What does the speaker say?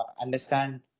understand